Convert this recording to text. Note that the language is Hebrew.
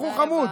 בחור חמוד.